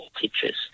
teachers